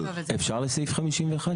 אפשר הערה לסעיף 51?